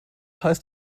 heißt